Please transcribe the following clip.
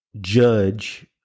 judge